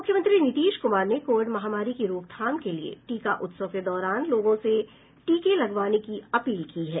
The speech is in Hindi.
मुख्यमंत्री नीतीश कुमार ने कोविड महामारी की रोकथाम के लिए टीका उत्सव के दौरान लोगों से टीके लगवाने की अपील की है